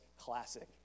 classic